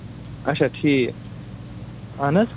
اَچھا ٹھیٖک اَہن حظ